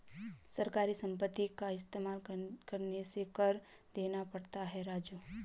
सरकारी संपत्ति का इस्तेमाल करने से कर देना पड़ता है राजू